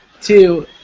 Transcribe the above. Two